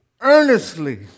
earnestly